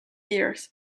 years